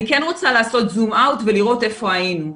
אני כן רוצה לעשות זום אאוט ולראות איפה היינו.